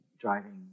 driving